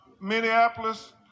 Minneapolis